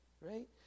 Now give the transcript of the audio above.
right